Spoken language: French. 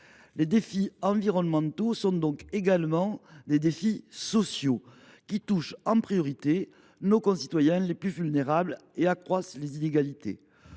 Les défis environnementaux sont donc également des défis sociaux, qui touchent en priorité nos concitoyens les plus vulnérables et accroissent les inégalités.